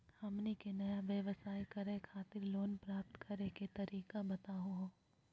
हमनी के नया व्यवसाय करै खातिर लोन प्राप्त करै के तरीका बताहु हो?